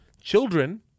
Children